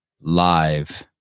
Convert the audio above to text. live